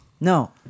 No